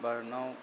भारतआव